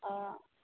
ꯑꯣ